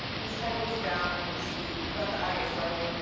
his head was down like he was sleepy. you got the itis, right? yeah,